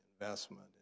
investment